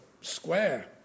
Square